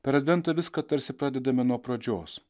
per adventą viską tarsi pradedame nuo pradžios